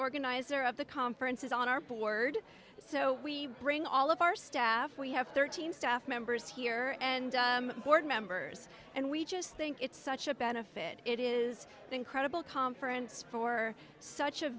organizer of the conference is on our board so we bring all of our staff we have thirteen staff members here and the board members and we just think it's such a benefit it is an incredible conference for such a